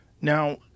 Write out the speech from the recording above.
Now